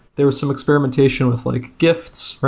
there were some experimentation with like gifts.